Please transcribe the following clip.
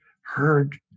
heard